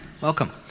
Welcome